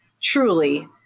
truly